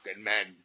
men